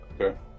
okay